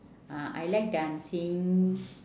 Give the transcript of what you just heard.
ah I like dancing